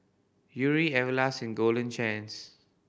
Yuri Everlast and Golden Chance